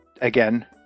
again